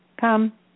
Come